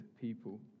people